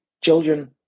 children